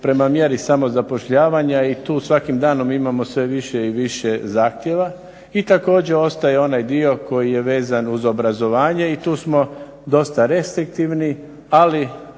prema mjeri samozapošljavanja i tu svakim danom imamo sve više i više zahtjeva. I također ostaje onaj dio koji je vezan uz obrazovanje i tu smo dosta restriktivni, ali